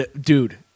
Dude